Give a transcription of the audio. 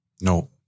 No